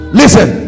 listen